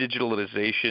digitalization